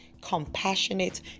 compassionate